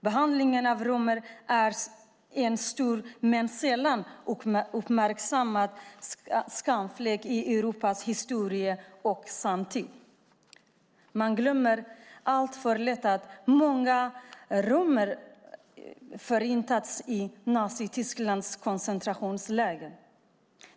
Behandlingen av romer är en stor men sällan uppmärksammad skamfläck i Europas historia och samtid. Man glömmer alltför lätt att många romer förintats i Nazitysklands koncentrationsläger.